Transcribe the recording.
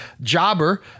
Jobber